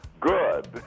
Good